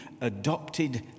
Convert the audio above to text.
adopted